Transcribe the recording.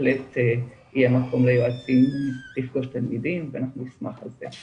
בהחלט יהיה מקום ליועצים לפגוש תלמידים ואנחנו נשמח על זה.